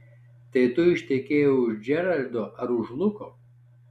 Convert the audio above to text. tai tu ištekėjai už džeraldo ar už luko